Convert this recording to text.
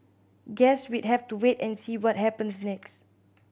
guess we'd have to wait and see what happens next